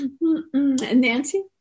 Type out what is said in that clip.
Nancy